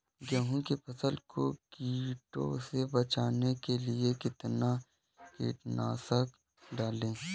गेहूँ की फसल को कीड़ों से बचाने के लिए कितना कीटनाशक डालें?